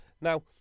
Now